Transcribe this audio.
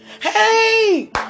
Hey